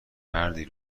مردی